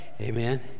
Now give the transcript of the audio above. Amen